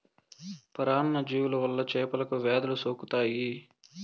పరాన్న జీవుల వల్ల చేపలకు వ్యాధులు సోకుతాయి